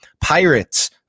Pirates